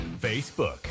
Facebook